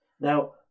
Now